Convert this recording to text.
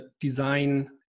design